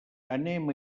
anem